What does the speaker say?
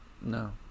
No